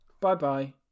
Bye-bye